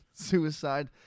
suicide